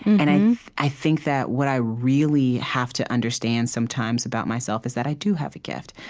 and and i think that what i really have to understand, sometimes, about myself, is that i do have a gift.